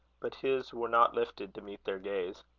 but his were not lifted to meet their gaze.